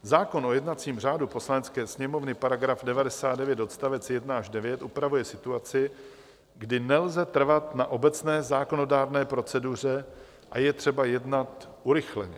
Zákon o jednacím řádu Poslanecké sněmovny § 99 odst. 1 až 9 upravuje situaci, kdy nelze trvat na obecné zákonodárné proceduře a je třeba jednat urychleně.